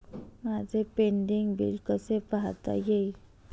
माझे pending bill कसे पाहता येईल?